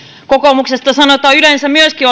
kokoomuksesta sanotaan yleensä myöskin